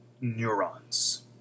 neurons